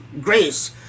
grace